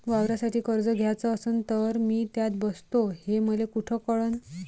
वावरासाठी कर्ज घ्याचं असन तर मी त्यात बसतो हे मले कुठ कळन?